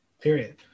Period